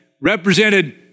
represented